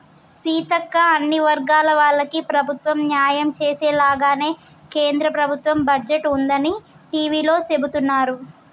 సీతక్క అన్ని వర్గాల వాళ్లకి ప్రభుత్వం న్యాయం చేసేలాగానే కేంద్ర ప్రభుత్వ బడ్జెట్ ఉందని టివీలో సెబుతున్నారు